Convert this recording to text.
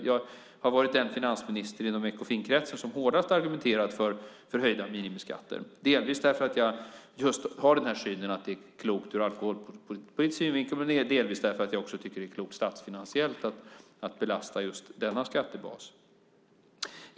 Jag har varit den finansminister inom Ekofinkretsen som hårdast har argumenterat för höjda minimiskatter. Det är delvis för att jag har synen att det är klokt ur alkoholpolitisk synvinkel men också delvis därför att jag tycker att det är klokt statsfinansiellt att belasta just denna skattebas.